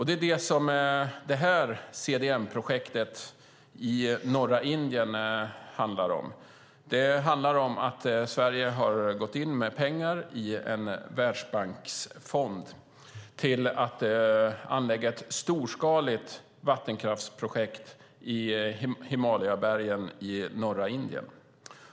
Det är det som CDM-projektet i norra Indien handlar om. Sverige har gått in med pengar i en världsbanksfond för att anlägga ett storskaligt vattenkraftsprojekt i Himalayabergen i norra Indien.